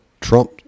Trump